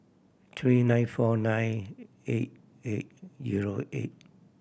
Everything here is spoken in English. three nine four nine eight eight zero eight